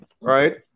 right